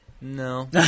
No